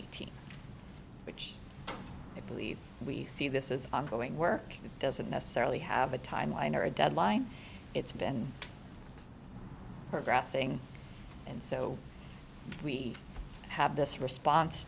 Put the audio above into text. eighteen which i believe we see this is ongoing work doesn't necessarily have a timeline or a deadline it's been progressing and so we have this response